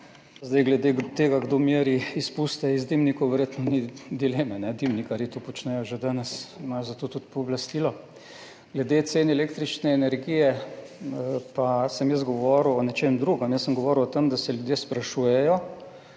Glede tega, kdo meri izpuste iz dimnikov, verjetno ni dileme. Dimnikarji to počnejo že danes, za to imajo tudi pooblastilo. Glede cen električne energije pa sem jaz govoril o nečem drugem. Jaz sem govoril o tem, da se ljudje sprašujejo,